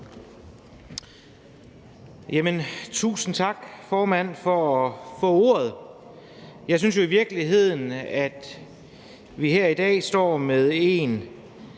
Tusind tak, formand, for at få ordet. Jeg synes jo i virkeligheden, at vi her i dag står med en